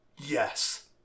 Yes